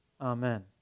Amen